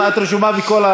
את רשומה בכל,